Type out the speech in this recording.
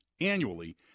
annually